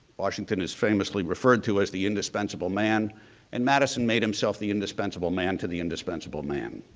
washington is famously referred to as the indispensable man and madison made himself the indispensable man to the indispensable man.